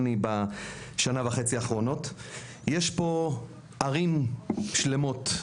יש פה ערים שלמות,